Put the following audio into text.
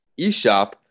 eShop